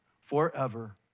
forever